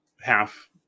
half